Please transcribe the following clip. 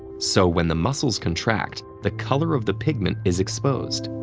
so, when the muscles contract, the color of the pigment is exposed,